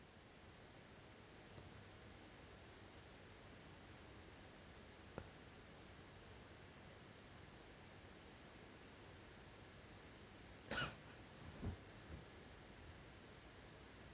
!huh!